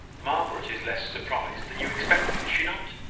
margaret is less surprised than you expected, is she not?